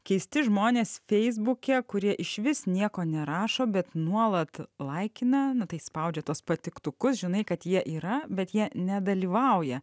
keisti žmonės feisbuke kurie išvis nieko nerašo bet nuolat laikina na tai spaudžia tuos patiktukus žinai kad jie yra bet jie nedalyvauja